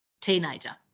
teenager